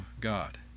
God